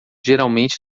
geralmente